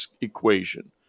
equation